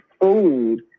food